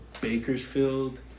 Bakersfield